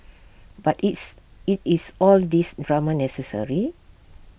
but is IT is all these drama necessary